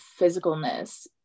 physicalness